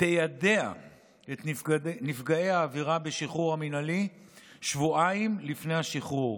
תיידע את נפגעי העבירה בשחרור המינהלי שבועיים לפני השחרור.